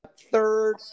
Third